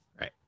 Right